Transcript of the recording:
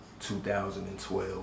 2012